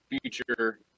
future